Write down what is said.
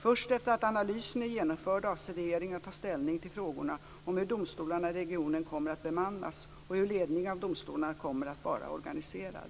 Först efter det att analysen är genomförd avser regeringen att ta ställning till frågorna om hur domstolarna i regionen kommer att bemannas och hur ledningen av domstolarna kommer att vara organiserad.